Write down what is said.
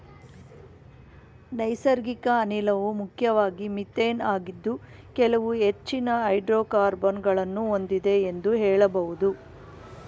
ನೈಸರ್ಗಿಕ ಅನಿಲವು ಮುಖ್ಯವಾಗಿ ಮಿಥೇನ್ ಆಗಿದ್ದು ಕೆಲವು ಹೆಚ್ಚಿನ ಹೈಡ್ರೋಕಾರ್ಬನ್ ಗಳನ್ನು ಹೊಂದಿದೆ ಎಂದು ಹೇಳಬಹುದು